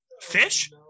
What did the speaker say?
fish